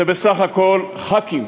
זה בסך הכול ח"קים,